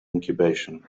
incubation